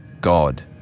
God